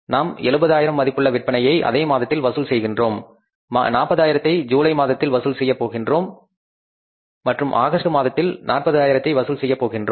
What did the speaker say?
நாம் 70 ஆயிரம் மதிப்புள்ள விற்பனையை அதே மாதத்தில் வசூல் செய்கின்றோம் 40 ஆயிரத்தை ஜூலை மாதத்தில் வசூல் செய்யப் போகின்றோம் மற்றும் ஆகஸ்ட் மாதத்திலும் 40 ஆயிரத்தை வசூல் செய்யப் போகின்றோம்